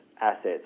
assets